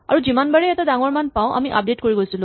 আৰু যিমানবাৰেই এটা ডাঙৰ মান পাওঁ আমি আপডেট কৰি গৈছিলো